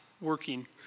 working